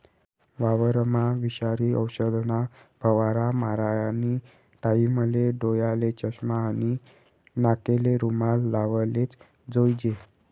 वावरमा विषारी औषधना फवारा मारानी टाईमले डोयाले चष्मा आणि नाकले रुमाल लावलेच जोईजे